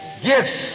Gifts